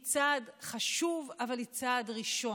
היא צעד חשוב, אבל היא צעד ראשון.